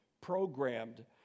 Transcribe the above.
programmed